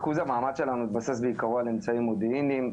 ריכוז המאמץ שלנו מתבסס בעיקרו על אמצעים מודיעיניים,